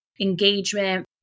engagement